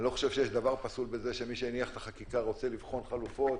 אני לא חושב שיש דבר פסול בזה שמי שהניח את החקיקה רוצה לבחון חלופות,